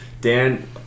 Dan